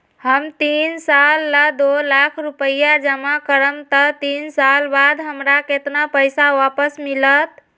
हम तीन साल ला दो लाख रूपैया जमा करम त तीन साल बाद हमरा केतना पैसा वापस मिलत?